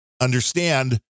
understand